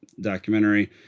documentary